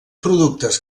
productes